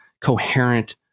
coherent